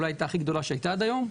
אולי הכי גדולה שהייתה עד היום,